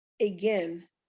again